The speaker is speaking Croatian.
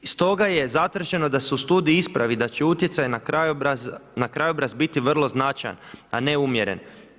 Stoga je zatraženo da se u studiji ispravi da će utjecaj na krajobraz biti vrlo značajan, a ne umjeren.